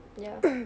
ya